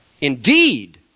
Indeed